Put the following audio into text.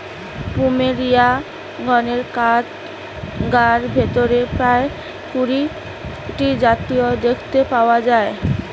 plumeria গণের গাছগার ভিতরে প্রায় কুড়ি টি জাত দেখতে পাওয়া যায়